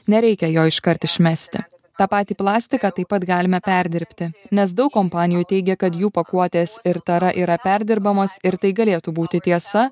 nereikia jo iškart išmesti tą patį plastiką taip pat galime perdirbti nes daug kompanijų teigia kad jų pakuotės ir tara yra perdirbamos ir tai galėtų būti tiesa